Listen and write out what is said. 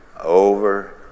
over